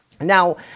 now